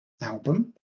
album